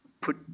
Put